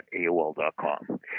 AOL.com